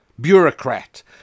bureaucrat